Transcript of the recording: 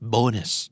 Bonus